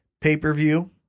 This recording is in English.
pay-per-view